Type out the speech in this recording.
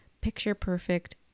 picture-perfect